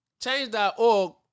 change.org